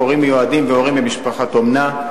הורים מיועדים והורים במשפחת אומנה).